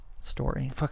story